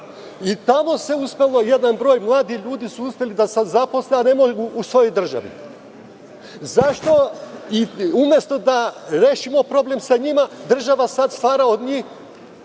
Tamo je jedan broj mladih ljudi uspeo da se zaposli, a ne mogu u svojoj državi. Umesto da rešimo problem sa njima, država sada stvara od njih